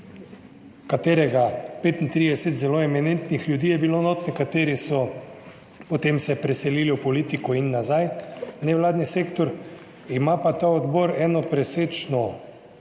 katerega 35 zelo eminentnih ljudi je bilo notri, nekateri so potem se preselili v politiko in nazaj v nevladni sektor. Ima pa ta odbor eno presečno